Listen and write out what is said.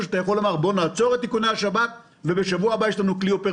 שיכול לעצור את איכוני השב"כ תוך חודש.